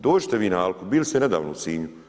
Dođite vi na Alku, bili ste nedavno u Sinju.